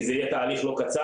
כי זה יהיה תהליך לא קצר.